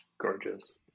Gorgeous